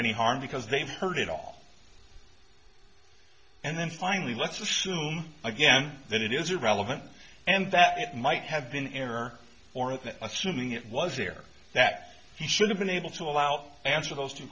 any harm because they've heard it all and then finally let's assume again that it is irrelevant and that it might have been in error or that assuming it was there that he should have been able to allow answer those two